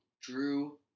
Drew